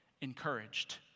encouraged